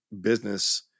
business